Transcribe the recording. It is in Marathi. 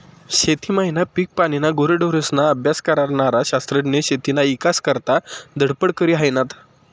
शेती मायना, पिकपानीना, गुरेढोरेस्ना अभ्यास करनारा शास्त्रज्ञ शेतीना ईकास करता धडपड करी हायनात